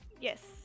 Yes